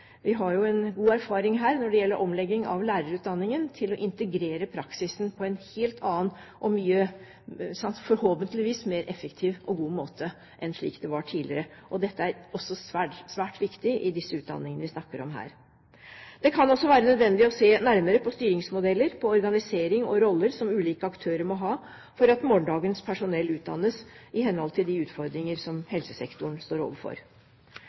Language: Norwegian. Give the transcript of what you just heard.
Vi har jo god erfaring her når det gjelder omlegging av lærerutdanningen til å integrere praksisen på en helt annen og forhåpentligvis mye mer effektiv og god måte enn slik det var tidligere. Dette er også svært viktig for de utdanningene vi snakker om her. Det kan også være nødvendig å se nærmere på styringsmodeller, organisering og roller som ulike aktører må ha for at morgendagens personell utdannes i henhold til de utfordringer som helsesektoren står overfor.